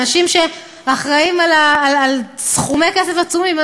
אלה אנשים שאחראים לסכומי כסף עצומים.